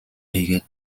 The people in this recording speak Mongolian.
хийгээд